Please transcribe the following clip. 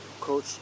coach